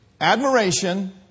admiration